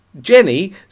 Jenny